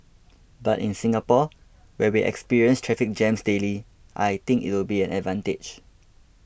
but in Singapore where we experience traffic jams daily I think it will be an advantage